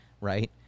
right